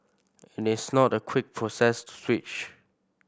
it is not a quick process to switch